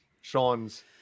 Sean's